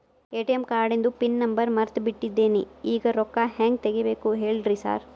ATM ಕಾರ್ಡಿಂದು PIN number ಮರ್ತ್ ಬಿಟ್ಟಿದೇನಿ ಈಗ ರೊಕ್ಕಾ ಹೆಂಗ್ ತೆಗೆಬೇಕು ಹೇಳ್ರಿ ಸಾರ್